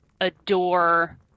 adore